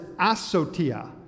asotia